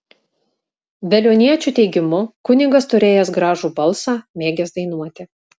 veliuoniečių teigimu kunigas turėjęs gražų balsą mėgęs dainuoti